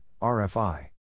RFI